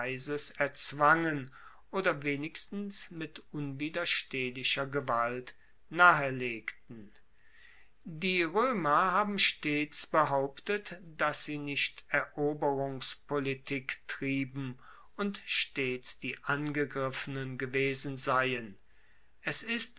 erzwangen oder wenigstens mit unwiderstehlicher gewalt nahelegten die roemer haben stets behauptet dass sie nicht eroberungspolitik trieben und stets die angegriffenen gewesen seien es ist